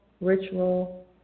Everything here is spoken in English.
ritual